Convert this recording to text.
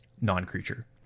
non-creature